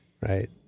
right